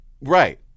Right